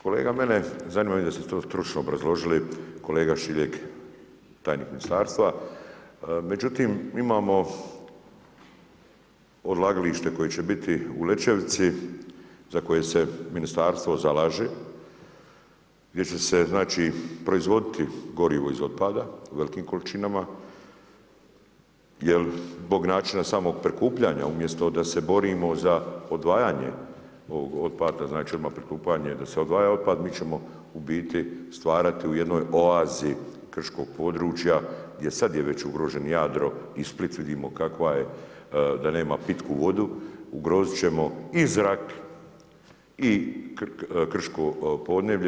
Kolega mene zanima, vidim da ste to stručno obrazložili kolega Šiljeg tajnik ministarstva, međutim imamo odlagalište koje će biti u Lećevici za koje se ministarstvo zalaže, gdje će se proizvoditi gorivo iz otpada u velikim količinama jel zbog načina samog prikupljanja, umjesto da se borimo za odvajanje ovog otpada, znači odmah prikupljanje da se odvaja otpad mi ćemo u biti stvarati u jednoj oazi krškog područja gdje je sada već ugrožen Jadro i Split, vidimo kakva je da nema pitku vodu, ugrozit ćemo i zrak i krško podneblje.